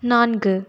நான்கு